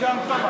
התשע"ג 2013,